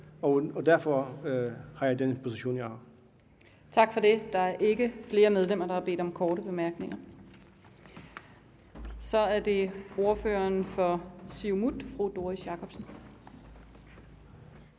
næstformand (Camilla Hersom): Tak for det. Der er ikke flere medlemmer, der har bedt om korte bemærkninger. Så er det ordføreren for Siumut, fru Doris Jakobsen.